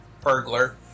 burglar